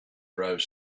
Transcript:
drove